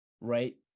right